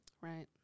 Right